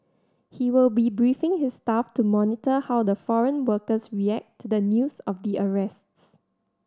he will be briefing his staff to monitor how the foreign workers react to the news of the arrests